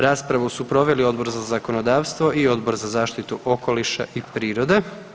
Raspravu su proveli Odbor za zakonodavstvo i Odbor za zaštitu okoliša i prirode.